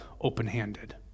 open-handed